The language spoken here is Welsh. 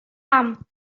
paham